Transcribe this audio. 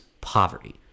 poverty